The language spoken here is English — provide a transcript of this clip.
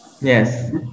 Yes